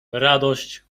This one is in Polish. radość